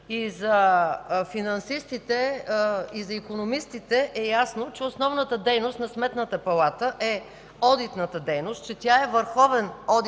и за финансистите, и за икономистите е ясно, че основната дейност на Сметната палата е одитната дейност, че тя е върховен